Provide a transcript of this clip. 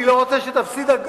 אני לא רוצה שתפסיד.